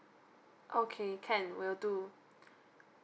okay can will do